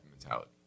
mentality